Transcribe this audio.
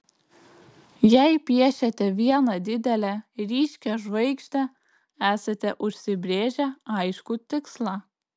jei piešiate vieną didelę ryškią žvaigždę esate užsibrėžę aiškų tikslą